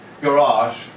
garage